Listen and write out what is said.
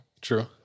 True